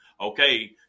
okay